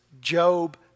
Job